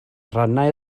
rhannau